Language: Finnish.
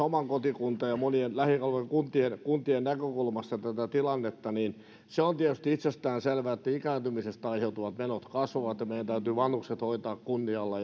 oman kotikuntani ja monien lähialueiden kuntien kuntien näkökulmasta tätä tilannetta se on tietysti itsestään selvää että ikääntymisestä aiheutuvat menot kasvavat ja meidän täytyy vanhukset hoitaa kunnialla